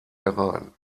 herein